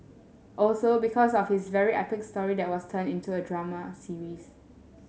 also because of his very epic story there was turned into a drama series